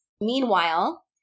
Meanwhile